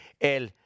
El